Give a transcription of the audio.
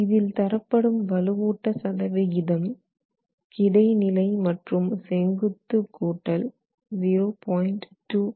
இதில் தரப்படும் வலுவூட்ட சதவிகிதம் கிடைநிலை மற்றும் செங்குத்து கூட்டல் 0